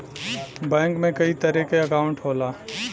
bank में कई तरे क अंकाउट होला